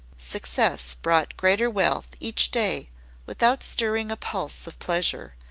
success brought greater wealth each day without stirring a pulse of pleasure,